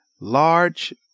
large